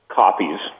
copies